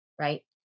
right